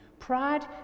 Pride